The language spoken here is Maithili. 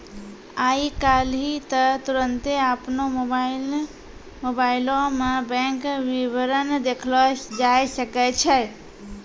आइ काल्हि त तुरन्ते अपनो मोबाइलो मे बैंक विबरण देखलो जाय सकै छै